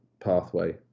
pathway